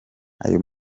ayo